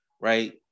right